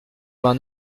vingt